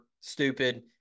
stupid